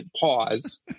pause